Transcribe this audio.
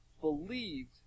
believed